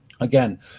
Again